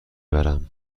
برم